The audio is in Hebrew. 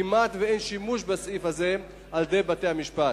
כמעט שאין שימוש בסעיף הזה על-ידי בתי-המשפט.